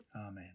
Amen